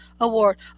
award